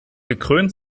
gekrönt